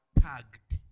tagged